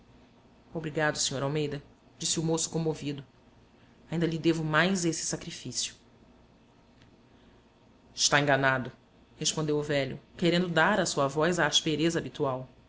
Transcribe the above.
obrigado sr almeida disse o moço comovido ainda lhe devo mais esse sacrifício está enganado respondeu o velho querendo dar à sua voz a aspereza habitual